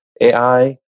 AI